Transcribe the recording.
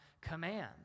command